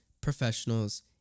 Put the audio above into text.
professionals